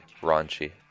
raunchy